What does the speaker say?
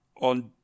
On